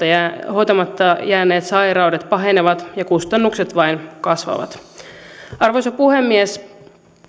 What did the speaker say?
ja ja hoitamatta jääneet sairaudet pahenevat ja kustannukset vain kasvavat arvoisa puhemies